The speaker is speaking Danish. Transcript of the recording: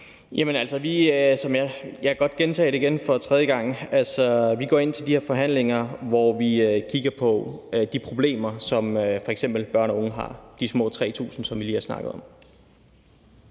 jeg kan godt gentage det igen, for tredje gang: Vi går ind til de her forhandlinger, hvor vi kigger på de problemer, som f.eks. børn og unge har – de små 3.000, som vi lige har snakket om.